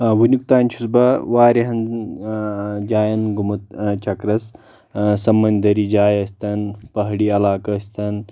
ؤنیُک تام چھُس بہٕ واریاہن جاین گوٚمُت چکرس سمنٛدٔری جاے ٲسۍ تن پہٲڑی علاقہٕ ٲسۍ تن